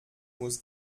muss